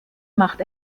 macht